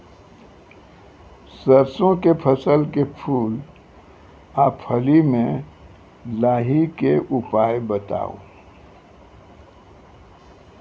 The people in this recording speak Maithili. सरसों के फसल के फूल आ फली मे लाहीक के उपाय बताऊ?